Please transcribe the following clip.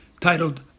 titled